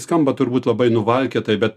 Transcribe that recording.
skamba turbūt labai nuvalkiotai bet